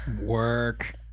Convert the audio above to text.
Work